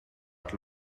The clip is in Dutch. het